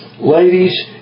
Ladies